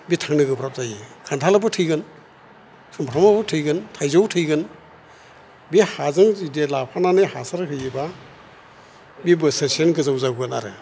बि थांनो गोब्राब जायो खान्थालआबो थैगोन समफ्रामआबो थैगोन थाइजौआबो थैगोन बे हाजों जुदि लाफानानै हासार होयोबा बे बोसोरसेनो गोजौ जौगोन आरो